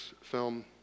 film